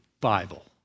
Bible